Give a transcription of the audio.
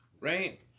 right